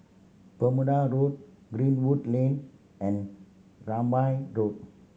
Bermuda Road Greenwood Lane and Rambai Road